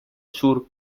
sur